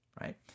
Right